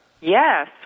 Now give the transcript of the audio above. Yes